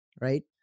right